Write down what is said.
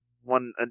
one